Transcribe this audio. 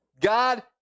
God